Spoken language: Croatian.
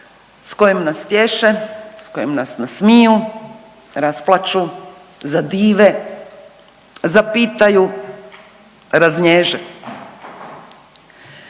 s kojim nas tješe, s kojim nas nasmiju, rasplaču, zadive, zapitaju, raznježe.